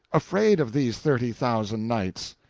afraid of these thirty thousand knights?